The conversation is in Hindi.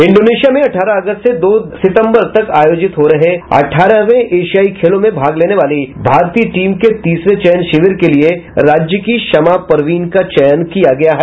इंडोनेशिया में अठारह अगस्त से दो सितम्बर तक आयोजित हो रहे अठारहवें एशियाई खेलों में भाग लेने वाली भारतीय टीम के तीसरे चयन शिविर के लिए राज्य की शमा परवीन का चयन किया गया है